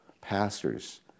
pastors